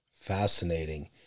Fascinating